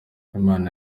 imana